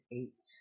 eight